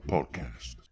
Podcast